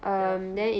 the free